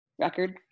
record